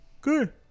Good